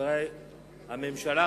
חברי הממשלה,